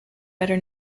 better